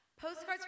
postcards